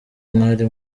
mwari